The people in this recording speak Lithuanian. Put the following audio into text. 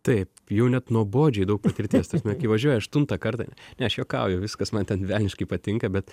taip jau net nuobodžiai daug patirties ta prasme kai važiuoji aštuntą kartą ne aš juokauju viskas man ten velniškai patinka bet